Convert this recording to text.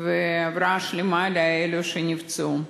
והבראה שלמה לאלה שנפצעו.